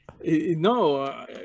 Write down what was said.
No